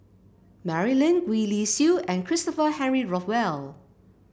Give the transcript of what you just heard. Mary Lim Gwee Li Sui and Christopher Henry Rothwell